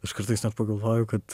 aš kartais net pagalvoju kad